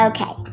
Okay